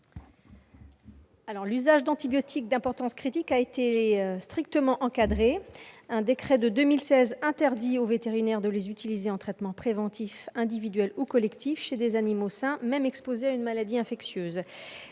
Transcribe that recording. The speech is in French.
? L'usage d'antibiotiques d'importance critique a été strictement encadré. Un décret de 2016 interdit aux vétérinaires de les utiliser en traitement préventif individuel ou collectif chez des animaux sains, même exposés à une maladie infectieuse.